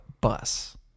bus